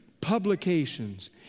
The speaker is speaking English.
publications